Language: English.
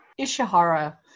Ishihara